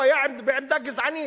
הוא היה בעמדה גזענית.